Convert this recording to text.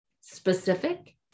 specific